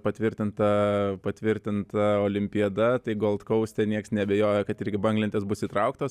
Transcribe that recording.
patvirtinta patvirtinta olimpiada tai golt kouste niekas neabejoja kad irgi banglentės bus įtrauktos